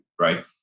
right